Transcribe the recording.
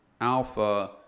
alpha